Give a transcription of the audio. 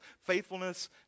faithfulness